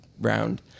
round